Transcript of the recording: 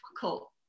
difficult